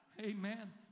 amen